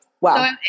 Wow